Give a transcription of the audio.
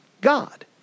God